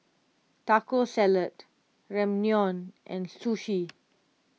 Taco Salad Ramyeon and Sushi